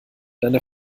deine